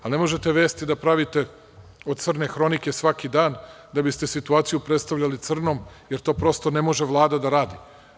Ali, ne možete vesti da pravite od crne hronike svaki dan, da biste situaciju predstavljali crnom, jer to prosto ne može Vlada da radi.